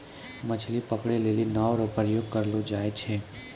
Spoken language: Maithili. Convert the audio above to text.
मछली पकड़ै लेली नांव रो प्रयोग करलो जाय छै